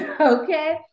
Okay